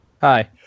Hi